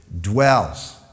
dwells